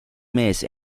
mees